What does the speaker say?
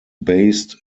based